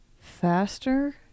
faster